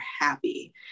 happy